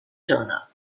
turner